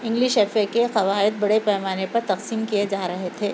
English F A کے قواعد بڑے پیمانے پر تقسیم کیے جا رہے تھے